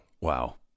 Wow